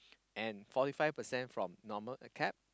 and forty five percent from normal acad